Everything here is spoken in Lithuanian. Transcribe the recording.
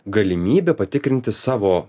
galimybe patikrinti savo